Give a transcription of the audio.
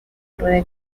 puede